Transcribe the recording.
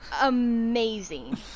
Amazing